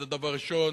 זה דבר ראשון.